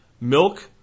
Milk